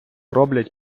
роблять